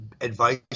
advice